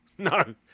No